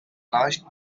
launched